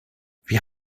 wir